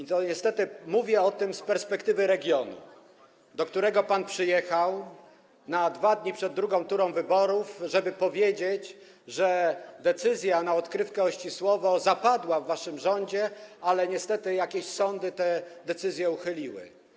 Niestety mówię o tym z perspektywy regionu, do którego pan przyjechał na 2 dni przed drugą turą wyborów, żeby powiedzieć, że decyzja na odkrywkę Ościsłowo zapadła w waszym rządzie, ale niestety jakieś sądy tę decyzję uchyliły.